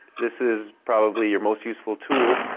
this is probably your most useful tool.